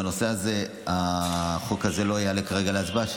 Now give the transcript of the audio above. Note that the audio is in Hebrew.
בנושא הזה החוק הזה לא יעלה כרגע להצבעה,